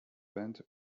band